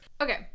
Okay